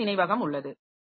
virtual நினைவகம் உள்ளது